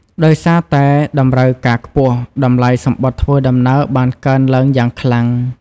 ដោយសារតែតម្រូវការខ្ពស់ តម្លៃសំបុត្រធ្វើដំណើរបានកើនឡើងយ៉ាងខ្លាំង។